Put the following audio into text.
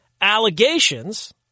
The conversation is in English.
allegations